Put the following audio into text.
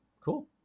Cool